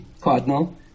cardinal